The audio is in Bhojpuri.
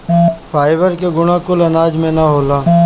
फाइबर के गुण कुल अनाज में ना होला